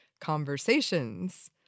conversations